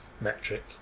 metric